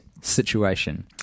situation